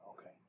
Okay